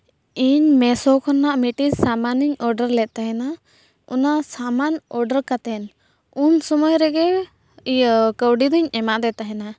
ᱤᱧ ᱢᱮᱥᱳ ᱠᱷᱚᱱᱟᱜ ᱢᱤᱫᱴᱟᱝ ᱥᱟᱢᱟᱱᱮᱧ ᱚᱰᱟᱨ ᱞᱮᱫ ᱛᱟᱦᱮᱱᱟ ᱚᱱᱟ ᱥᱟᱢᱟᱱ ᱚᱰᱟᱨ ᱠᱟᱛᱮᱫ ᱩᱱ ᱥᱚᱢᱚᱭ ᱨᱮᱜᱮ ᱤᱭᱟᱹ ᱠᱟᱹᱣᱰᱤ ᱫᱚᱧ ᱮᱢᱟᱫᱮ ᱛᱟᱦᱮᱱᱟ